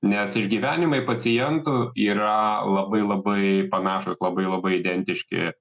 nes išgyvenimai pacientų yra labai labai panašūs labai labai identiški